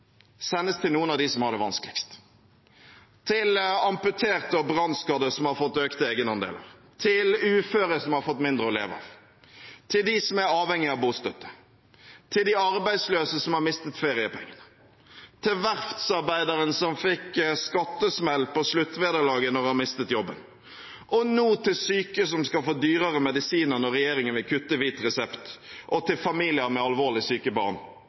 sendes til noen av dem som har det vanskeligst – til amputerte og brannskadde som har fått økte egenandeler, til uføre som har fått mindre å leve av, til dem som er avhengig av bostøtte, til de arbeidsløse som mistet feriepengene, til verftsarbeideren som fikk skattesmell på sluttvederlaget når han mistet jobben – og nå til syke som skal få dyrere medisiner når regjeringen vil kutte hvit resept, og til familier med alvorlig syke barn